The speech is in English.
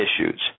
issues